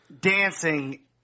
dancing